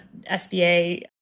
SBA